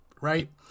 right